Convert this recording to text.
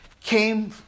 came